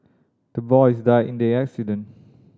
the boys died in the accident